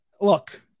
look